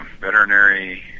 veterinary